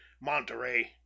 Monterey